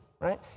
right